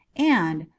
and,